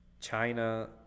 China